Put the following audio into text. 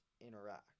interact